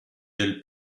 del